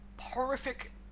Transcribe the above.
horrific